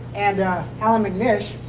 and allan mcnish,